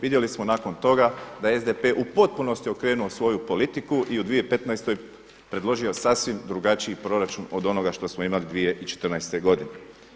Vidjeli smo nakon toga da je SDP u potpunosti okrenuo svoju politiku i u 2015. predložio sasvim drugačiji proračun od onoga što smo imali 2014. godine.